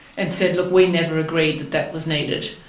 and said, look, we never agreed that that was needed'?